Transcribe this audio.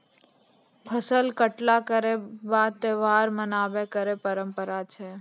फसल कटला केरो बाद त्योहार मनाबय केरो परंपरा छै